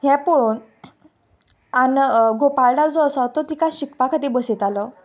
हें पळोवन आन गोपाळडास जो आसा तो तिका शिकपा खातीर बसयतालो